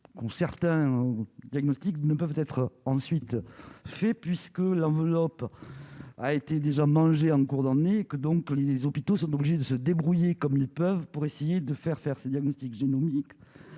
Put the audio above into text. certains diagnostics ne peuvent être ensuite fait puisque l'enveloppe a été déjà mangé en cours d'année, et que donc que les hôpitaux sont obligés de se débrouiller comme ils peuvent pour essayer de faire faire ces diagnostics génomiques